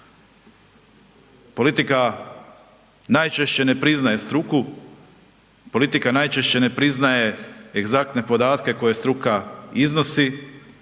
Politika najčešće ne priznaje struku, politika najčešće ne priznaje egzaktne podatke koje struka iznosi,